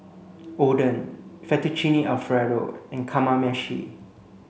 Oden Fettuccine Alfredo and Kamameshi